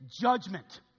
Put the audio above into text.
judgment